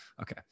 okay